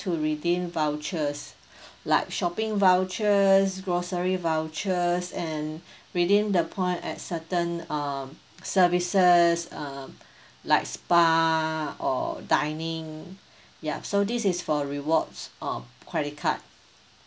to redeem vouchers like shopping vouchers grocery vouchers and redeem the point at certain um services um like spa or dining ya so this is for rewards uh credit card